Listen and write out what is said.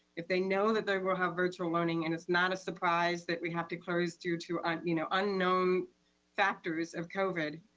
if they know that they will have virtual learning, it and is not a surprise that we have to close due to um you know unknown factors of covid,